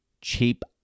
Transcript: cheap